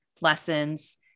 lessons